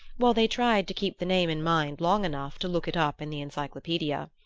while they tried to keep the name in mind long enough to look it up in the encyclopaedia.